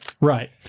Right